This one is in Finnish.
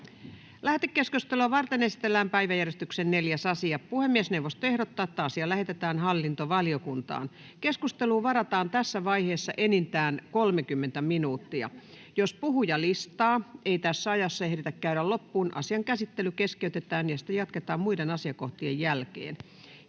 Lähetekeskustelua varten esitellään päiväjärjestyksen 4. asia. Puhemiesneuvosto ehdottaa, että asia lähetetään hallintovaliokuntaan. Keskusteluun varataan tässä vaiheessa enintään 30 minuuttia. Jos puhujalistaa ei tässä ajassa ehditä käydä loppuun, asian käsittely keskeytetään ja sitä jatketaan muiden asiakohtien jälkeen.